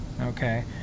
Okay